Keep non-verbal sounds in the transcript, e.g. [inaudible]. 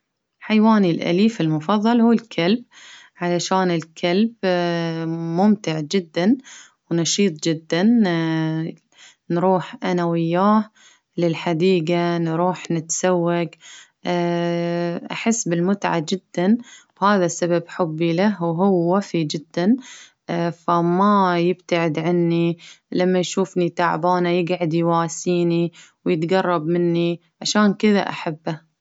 حيواني الأليف المفظل هو الكلب، علشان الكلب [hesitation] ممتع جدا، ونشيط جدا [hesitation] نروح أنا وإياه للحديقة نروح نتسوق، [hesitation] أحس بالمتعة جدا، وهذا السبب حبي له ،وهو وفي جدا [hesitation] فما يبتعد عني لما يشوفني تعبانة يقعد يواسيني، ويتقرب مني عشان كذا أحبه.